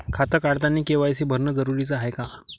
खातं काढतानी के.वाय.सी भरनं जरुरीच हाय का?